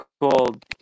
called